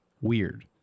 weird